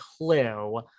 clue